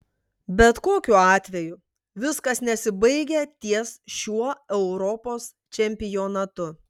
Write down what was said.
bet kokiu atveju viskas nesibaigia ties šiuo europos čempionatu